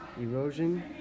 Erosion